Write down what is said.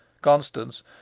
Constance